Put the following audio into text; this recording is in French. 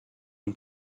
une